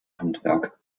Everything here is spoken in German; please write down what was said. handwerk